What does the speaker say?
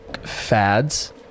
fads